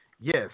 Yes